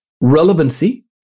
relevancy